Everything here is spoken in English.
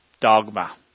dogma